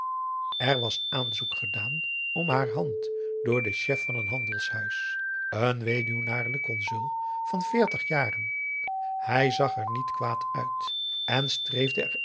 er was aanzoek gedaan om haar hand door den chef van een handelshuis een weduwnaarlijk consul van veertig jaren hij zag er niet kwaad uit en streefde er